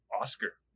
Oscar